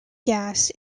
gas